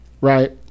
right